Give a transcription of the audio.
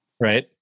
right